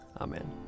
Amen